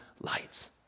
lights